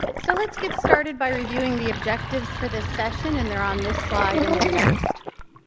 so let's get started by reviewing the objectives for this session. and they're on this slide and the next.